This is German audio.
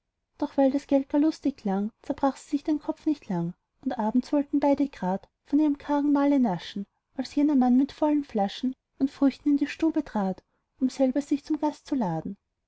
doch weil das gelb gar lustig klang zerbrach sie sich den kopf nicht lang und abends wollten beide grad von ihrem kargen mahle naschen als jener mann mit vollen flaschen und früchten in die stube trat um selber sich zu gast zu laden